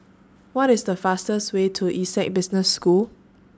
What IS The fastest Way to Essec Business School